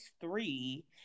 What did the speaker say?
three